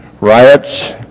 Riots